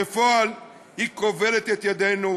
בפועל היא כובלת את ידינו,